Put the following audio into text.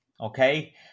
okay